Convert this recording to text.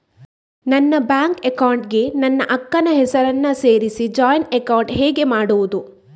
ನನ್ನ bank account ಗೆ ನನ್ನ ಅಕ್ಕ ನ ಹೆಸರನ್ನ ಸೇರಿಸಿ ಜಾಯಿನ್ ಅಕೌಂಟ್ ಹೇಗೆ ಮಾಡುದು?